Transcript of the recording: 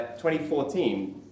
2014